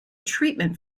treatment